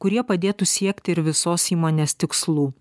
kurie padėtų siekti ir visos įmonės tikslų